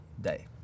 day